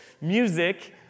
music